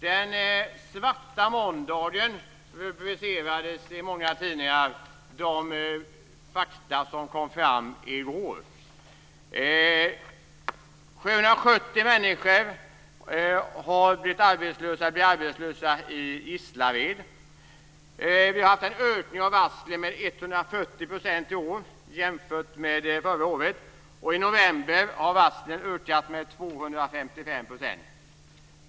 Den svarta måndagen - så rubricerade många tidningar de fakta som kom fram i går. 770 människor blir arbetslösa i Gislaved. Vi har haft en ökning av varslen med 140 % i år jämfört med förra året. I november har varslen ökat med 255 %.